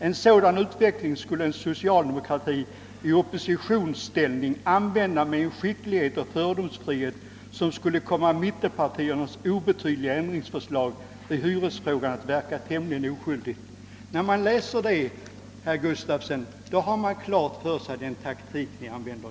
En sådan utveckling skulle en socialdemokrati i oppositionsställning använda med en skicklighet och fördomsfrihet, som skulle komma mittenpartiernas obetydliga ändringsförslag i hyresfrågan att verka tämligen oskyldigt.» När man läser det, herr Gustafsson, får man klart för sig vilken taktik ni använder.